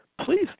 please